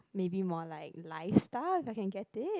maybe more like live stuff if I can get it